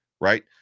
Right